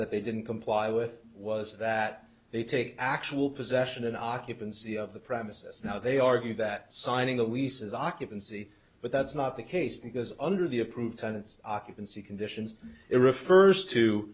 that they didn't comply with was that they take actual possession and occupancy of the premises now they argue that signing the lease is occupancy but that's not the case because under the approved tenants occupancy conditions it refers to